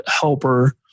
helper